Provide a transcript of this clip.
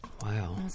Wow